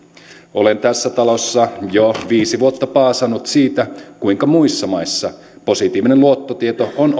olen tässä talossa jo viisi vuotta paasannut siitä kuinka muissa maissa positiivinen luottotieto on